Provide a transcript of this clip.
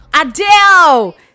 Adele